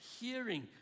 hearing